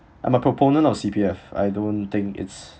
I'm a proponent of C_P_F I don't think it's